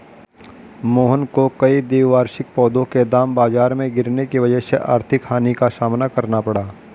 मोहन को कई द्विवार्षिक पौधों के दाम बाजार में गिरने की वजह से आर्थिक हानि का सामना करना पड़ा